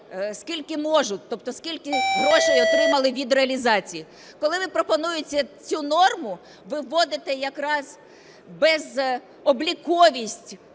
скільки можуть, тобто скільки грошей отримали від реалізації. Коли ви пропонуєте цю норму, ви вводити якраз безобліковість